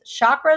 chakras